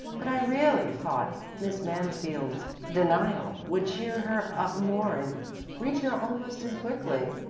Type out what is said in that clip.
but i really thought miss mansfield's denial would cheer her up more and reach her almost as quickly,